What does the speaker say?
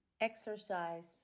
exercise